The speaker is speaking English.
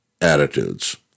attitudes